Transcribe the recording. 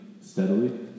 steadily